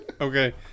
Okay